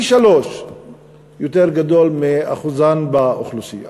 פי-שלושה מאחוזם באוכלוסייה.